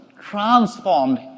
transformed